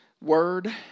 word